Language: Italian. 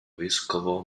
vescovo